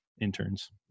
interns